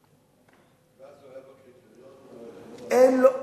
הוא היה בקריטריון, אין לו תקווה,